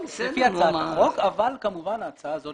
אבל כמובן ההצעה הזאת